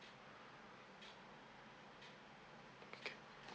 okay